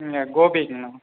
ஆ கோபேஜுங்கண்ணா